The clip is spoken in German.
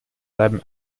bleiben